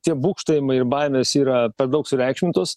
tie būgštavimai ir baimės yra per daug sureikšmintos